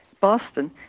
boston